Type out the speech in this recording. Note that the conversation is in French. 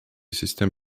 système